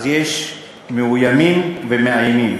אז יש מאוימים ומאיימים.